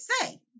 say